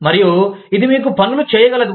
మరియు ఇది మీకు పనులు చేయగలదు